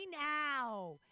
now